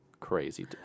Crazy